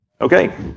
Okay